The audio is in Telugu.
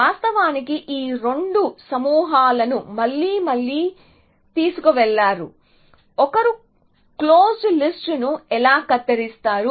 వాస్తవానికి ఈ రెండు సమూహాలను మళ్లీ మళ్లీ తీసుకువెళ్లారు ఒకరు క్లోస్డ్ లిస్ట్ ను ఎలా కత్తిరిస్తారు